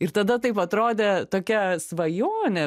ir tada taip atrodė tokia svajonė